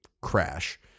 Crash